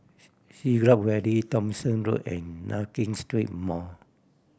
Siglap Valley Thomson Road and Nankin Street Mall